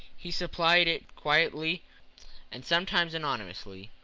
he supplied it quietly and sometimes anonymously.